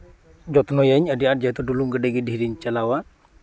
ᱡᱚᱛᱱᱚᱭᱟᱹᱧ ᱟᱹᱰᱤ ᱟᱴ ᱡᱮᱦᱮᱛᱩ ᱰᱩᱞᱩᱝ ᱜᱟᱹᱰᱤ ᱜᱤ ᱰᱷᱮᱨᱮᱧ ᱪᱟᱞᱟᱣᱟ